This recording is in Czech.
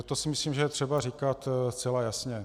To si myslím, že je třeba říkat zcela jasně.